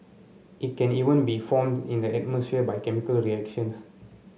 it can even be formed in the atmosphere by chemical reactions